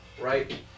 right